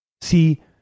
See